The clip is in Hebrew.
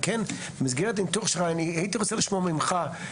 במסגרת הניתוח שלך אני הייתי רוצה לשמוע ממך,